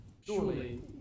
Surely